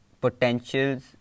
potentials